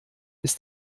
ist